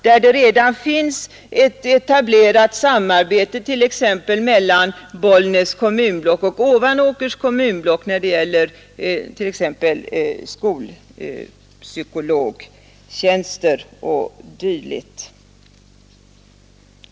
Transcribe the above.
Det finns redan ett etablerat samarbete t.ex. mellan Bollnäs kommunblock och Ovanåkers kommunblock när det gäller skolpsykologtjänster och dylikt.